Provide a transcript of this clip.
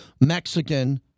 Mexican